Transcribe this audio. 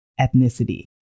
ethnicity